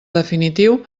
definitiu